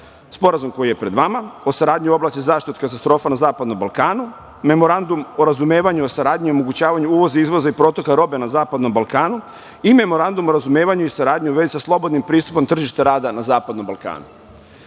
Sporazum, koji je pred vama, o saradnji u oblasti zaštite od katastrofa na zapadnom Balkanu, Memorandum o razumevanju o saradnji i omogućavanja uvoza, izvoza i protoka robe na zapadnom Balkanu i Memorandum o razumevanju i saradnji u vezi sa slobodnim pristupom tržištu rada na zapadnom Balkanu. Iza